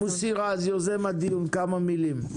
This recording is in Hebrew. מוסי רז יוזם הדיון, כמה מילים.